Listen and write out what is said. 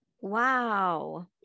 Wow